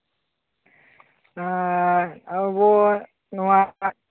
ᱟᱨ ᱟᱵᱚᱣᱟᱜ ᱱᱚᱣᱟ